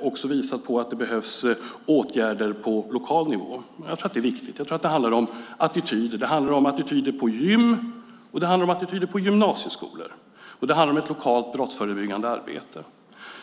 också visat på att det behövs åtgärder på lokal nivå. Jag tror att det är viktigt, och jag tror att det handlar om attityder. Det handlar om attityder på gym och på gymnasieskolor, och det handlar om ett lokalt brottsförebyggande arbete.